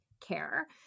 care